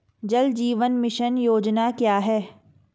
जल जीवन मिशन योजना क्या है?